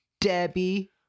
Debbie